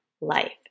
life